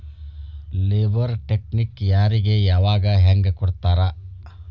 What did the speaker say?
Labour ಚೆಕ್ಕ್ನ್ ಯಾರಿಗೆ ಯಾವಗ ಹೆಂಗ್ ಕೊಡ್ತಾರ?